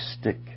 stick